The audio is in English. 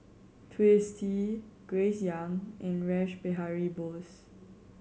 Twisstii Grace Young and Rash Behari Bose